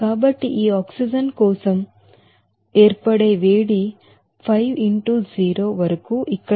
కాబట్టి ఈ ఆక్సిజన్ కోసం మీ ఏర్పడే వేడి గా 5 ఇంటూ 0 వరకు ఇక్కడ చెప్పవచ్చు